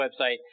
website